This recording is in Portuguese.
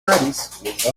nariz